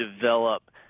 develop